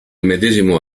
medesimo